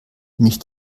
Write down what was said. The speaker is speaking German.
nicht